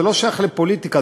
זה לא שייך לפוליטיקה,